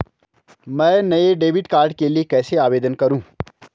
मैं नए debit card के लिए कैसे आवेदन करूं?